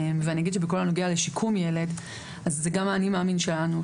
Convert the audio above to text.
ובכל הנוגע לשיקום ילד אז זה גם האני מאמין שלנו,